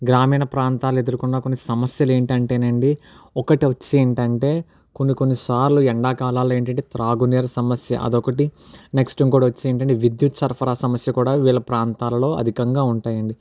గ్రామీణ ప్రాంతాలు ఎదుర్కున్న కొన్ని సమస్యలు ఏమిటంటే నండి ఒకటి వచ్చేసి ఏమిటంటే కొన్ని కొన్ని సార్లు ఎండాకాలాలు ఏమిటంటే త్రాగునీరు సమస్య అదొకటి నెక్స్ట్ ఇంకోటి వచ్చేసి ఏమిటంటే విద్యుత్ సరఫరా సమస్య కూడా వీళ్ళ ప్రాంతాల్లో అధికంగా ఉంటాయి అండి